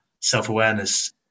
self-awareness